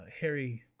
Harry